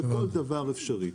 בכל דבר אפשרי.